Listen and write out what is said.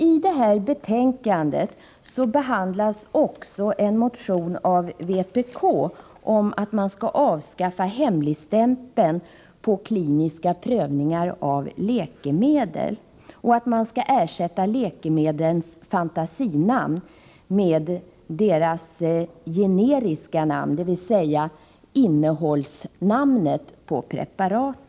I det här betänkandet behandlas också en motion från vpk, där vi föreslår att hemligstämpeln på kliniska prövningar av läkemedel avskaffas och att läkemedlens fantasinamn ersätts med läkemedlens generiska namn — dvs. preparatens innehållsnamn.